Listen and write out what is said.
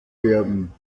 werden